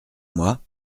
moi